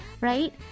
right